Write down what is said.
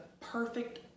perfect